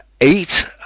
eight